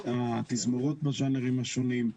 התזמורות בז'אנרים השונים,